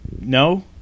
no